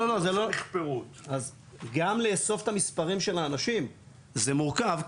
גם לאסוף את המספרים של אנשים זה מורכב.